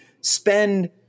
spend –